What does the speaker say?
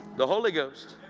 the holy ghost,